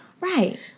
Right